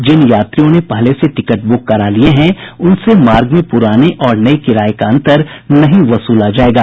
जिन यात्रियों ने पहले से टिकट बुक करा लिये हैं उनसे मार्ग में पुराने और नये किराये का अंतर नहीं वसूला जाएगा